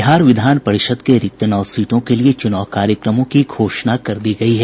बिहार विधान परिषद के रिक्त नौ सीटों के लिए चुनाव कार्यक्रमों की घोषणा कर दी गयी है